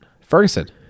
Ferguson